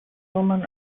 woman